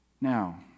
Now